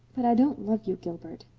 but i don't love you, gilbert.